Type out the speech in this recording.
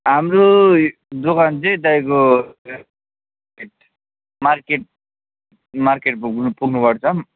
हाम्रो दोकान चाहिँ तपाईँको मार्केट मार्केट पुग्नुपर्छ